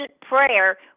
prayer